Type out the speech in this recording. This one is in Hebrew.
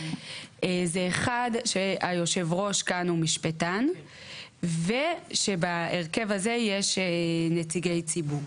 זה שיושב הראש כאן הוא משפטן ושבהרכב הזה יש נציגי ציבור.